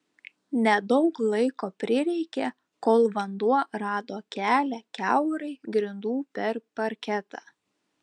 nedaug laiko prireikė kol vanduo rado kelią kiaurai grindų per parketą